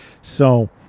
So-